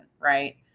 right